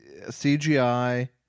CGI